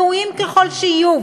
ראויים ככל שיהיו,